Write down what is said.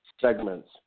segments